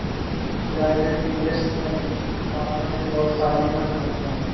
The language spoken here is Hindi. प्राइवेट इन्वेस्टमेंट पार्टनरशिप और साझे फंड होते हैं